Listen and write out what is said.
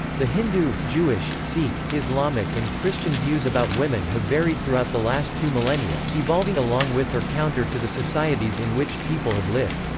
the hindu, jewish, sikh, islamic and christian views about women have varied throughout the last two millennia, evolving along with or counter to the societies in which people have lived.